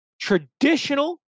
traditional